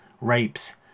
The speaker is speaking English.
rapes